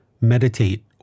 meditate